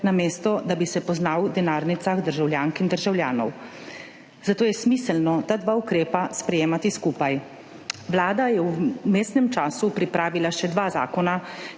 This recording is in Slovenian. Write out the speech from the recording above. namesto da bi se poznal v denarnicah državljank in državljanov. Zato je smiselno ta dva ukrepa sprejemati skupaj. Vlada je v vmesnem času pripravila še dva zakona,